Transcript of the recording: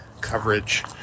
coverage